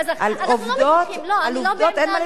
על עובדות אין מה להתווכח.